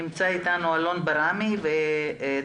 נמצאים איתנו אלון ברמי מנהל